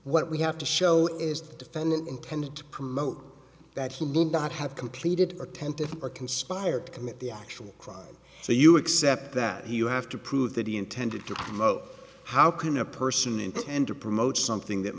what we have to show is the defendant intended to promote that he lived not have completed attempted or conspired to commit the actual crime so you accept that you have to prove that he intended to promote how can a person intend to promote something that